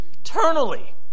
Eternally